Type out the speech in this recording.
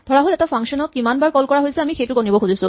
ধৰাহ'ল এটা ফাংচন ক কিমানবাৰ কল কৰা হৈছে আমি সেইটো গণিব খুজিছো